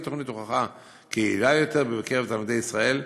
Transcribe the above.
תוכנית הוכחה כיעילה יותר בקרב תלמידי ישראל,